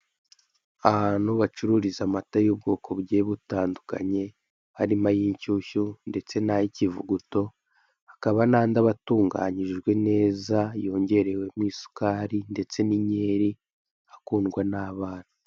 Ahantu bacuruzira amata y'ubwoko bugiye butandukanye, harimo ay'inshyushyu ndetse n'ay'ikivuguto, hakaba n'andi aba atunganyijwe neza, yongerewemo isukari ndetse n'inkeri, akundwa n'abana.